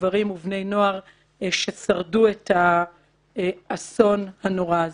גברים ובני נוער ששרדו את האסון הנורא הזה.